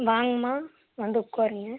வாங்கம்மா வந்து உட்காருங்க